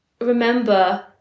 remember